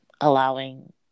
allowing